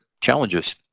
challenges